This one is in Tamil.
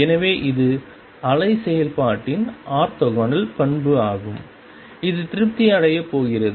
எனவே இது அலை செயல்பாட்டின் ஆர்த்தோகனல் பண்பு ஆகும் இது திருப்தி அடையப் போகிறது